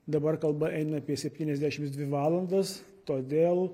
dabar kalba eina apie septyniasdešimts dvi valandas todėl